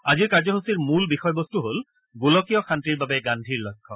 আজিৰ কাৰ্যসূচীৰ মূল বিষয়বস্তু হল গোলকীয় শান্তিৰ বাবে গান্ধীৰ লক্ষ্য